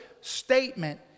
statement